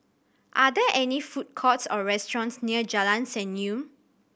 are there any food courts or restaurants near Jalan Senyum